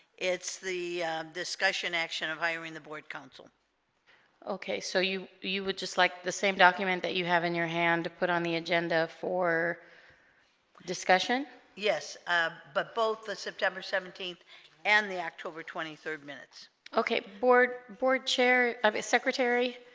it's the discussion action of hiring the board council okay so you you would just like the same document that you have in your hand to put on the agenda for discussion yes but both the september seventeenth and the october twenty third minutes okay board board chair of it secretary